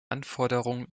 anforderungen